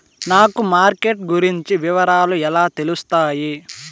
నాకు మార్కెట్ గురించి వివరాలు ఎలా తెలుస్తాయి?